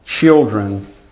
children